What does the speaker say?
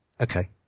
Okay